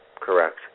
Correct